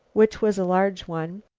which was a large one,